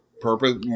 purpose